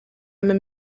même